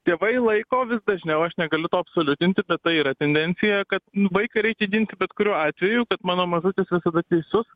tėvai laiko vis dažniau aš negaliu to absoliutinti bet tai yra tendencija kad vaiką reikia ginti bet kuriuo atveju kad mano mažutis visada teisus